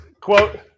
quote